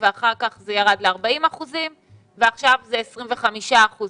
אחר כך זה ירד ל-40 אחוזים ועכשיו זה 25 אחוזים.